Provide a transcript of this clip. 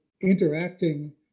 interacting